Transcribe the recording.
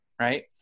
right